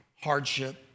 hardship